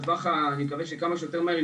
אני מקווה שכמה שיותר מהר,